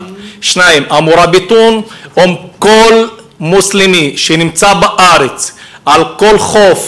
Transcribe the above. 1. 2. ה"מוראביטון" כל מוסלמי שנמצא בארץ על כל חוף